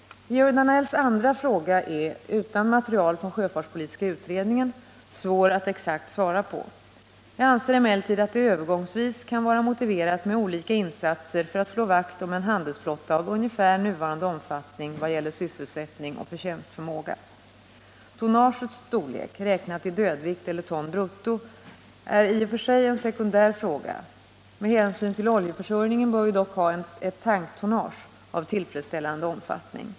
Georg Danells andra fråga är — utan material från sjöfartspolitiska utredningen — svår att exakt svara på. Jag anser emellertid att det övergångsvis kan vara motiverat med olika insatser för att slå vakt om en handelsflotta av ungefär nuvarande omfattning vad gäller sysselsättning och förtjänstförmåga. Tonnagets storlek — räknat i dödvikt eller ton brutto —är i och för sig en sekundär fråga. Med hänsyn till oljeförsörjningen bör vi dock ha ett tanktonnage av tillfredsställande omfattning.